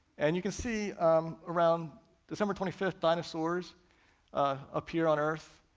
and you can see around december twenty fifth, dinosaurs appear on earth,